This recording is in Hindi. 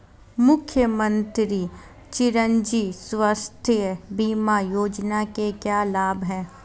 मुख्यमंत्री चिरंजी स्वास्थ्य बीमा योजना के क्या लाभ हैं?